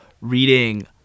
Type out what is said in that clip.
reading